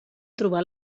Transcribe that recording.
trobar